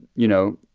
you know,